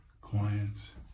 clients